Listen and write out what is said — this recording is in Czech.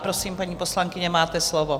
Prosím, paní poslankyně, máte slovo.